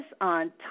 on